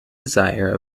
desire